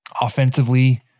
offensively